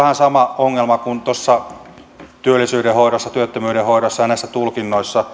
on vähän sama ongelma kuin työllisyyden hoidossa työttömyyden hoidossa ja näissä tulkinnoissa